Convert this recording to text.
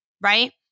right